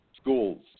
schools